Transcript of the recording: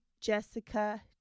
Jessica